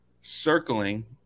circling